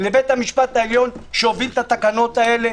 לבית המשפט העליון שהוביל את התקנות האלה?